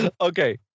Okay